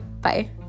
Bye